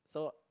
so